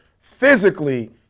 physically